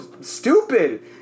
stupid